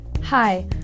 Hi